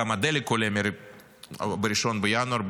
גם הדלק עולה ב-1 בינואר,